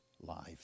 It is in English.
life